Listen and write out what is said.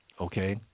okay